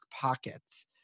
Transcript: pockets